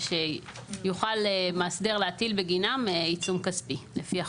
שיוכל מאסדר להטיל בגינם עיצום כספי לפי החוק.